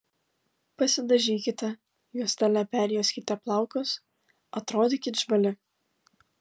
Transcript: pasidažykite juostele perjuoskite plaukus atrodykit žvali